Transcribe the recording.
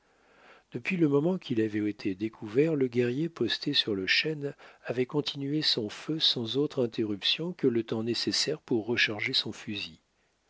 depuis le moment qu'il avait été découvert le guerrier posté sur le chêne avait continué son feu sans autre interruption que le temps nécessaire pour recharger son fusil